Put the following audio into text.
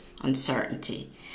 uncertainty